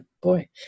Boy